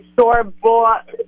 store-bought